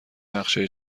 نقشه